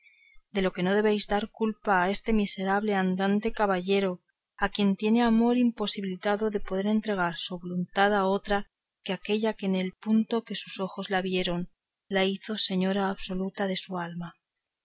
de lo que no debéis dar culpa a este miserable andante caballero a quien tiene amor imposibilitado de poder entregar su voluntad a otra que aquella que en el punto que sus ojos la vieron la hizo señora absoluta de su alma